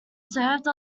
served